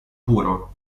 puro